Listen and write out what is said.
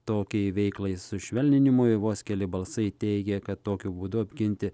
tokiai veiklai sušvelninimui vos keli balsai teigia kad tokiu būdu apginti